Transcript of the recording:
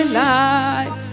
life